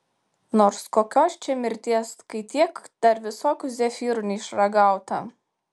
nors kokios čia mirties kai tiek dar visokių zefyrų neišragauta